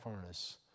furnace